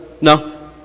no